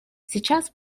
сейчас